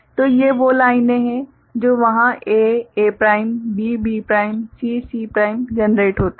तो ये वो लाइनें हैं जो वहाँ A A prime B B prime C C prime generate होता हैं